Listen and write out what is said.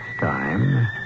time